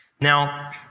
Now